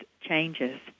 changes